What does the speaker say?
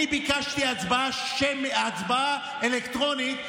אני ביקשתי הצבעה אלקטרונית,